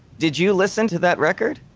did you listen to that record?